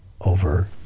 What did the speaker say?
over